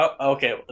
Okay